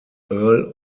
earl